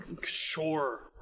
Sure